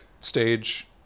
stage